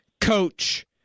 coach